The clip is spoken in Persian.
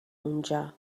اونجا